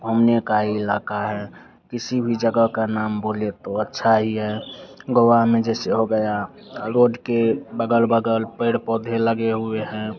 घूमने का ही इलाक़ा है किसी भी जगह का नाम बोले तो अच्छा ही है गोआ में जैसे हो गया अ रोड के अगल बग़ल पेड़ पौधे लगे हुए हैं